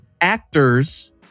actors